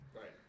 Right